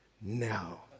now